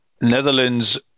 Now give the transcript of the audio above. Netherlands